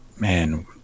man